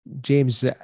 James